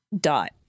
dot